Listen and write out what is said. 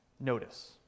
notice